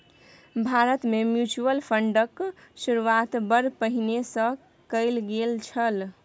भारतमे म्यूचुअल फंडक शुरूआत बड़ पहिने सँ कैल गेल छल